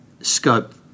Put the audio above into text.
scope